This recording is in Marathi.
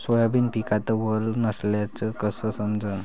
सोयाबीन पिकात वल नसल्याचं कस समजन?